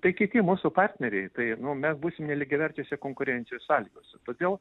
tai kiti mūsų partneriai tai nu mes būsim nelygiaverčiose konkurencijos sąlygose todėl